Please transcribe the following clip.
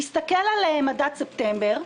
תסתכל על מדד ספטמבר,